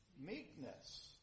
Meekness